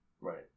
Right